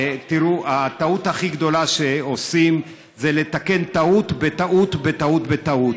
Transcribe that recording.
הטעות הכי גדולה שעושים זה לתקן טעות בטעות בטעות בטעות.